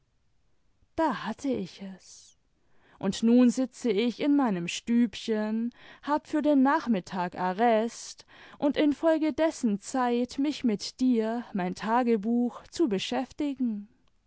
da hatte ich es und nun sitze ich in meinem stübchen hab für den nachmittag arrest und infolgedessen zeit mich mit dir mein tagebuch zu beschäftigen